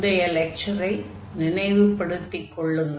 முந்தைய லெக்சரை நினைவுப்படுத்திக் கொள்ளுங்கள்